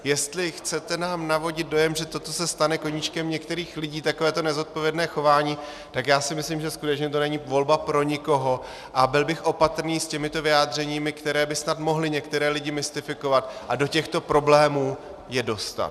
Jestli nám chcete navodit dojem, že to, co se stane koníčkem některých lidí, takovéto nezodpovědné chování, tak já si myslím, že skutečně to není volba pro nikoho, a byl bych opatrný s těmito vyjádřeními, která by snad mohla některé lidi mystifikovat a do těchto problémů je dostat.